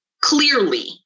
clearly